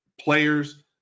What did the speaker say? players